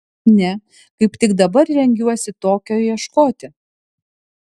ne kaip tik dabar rengiuosi tokio ieškoti